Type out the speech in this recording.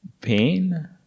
pain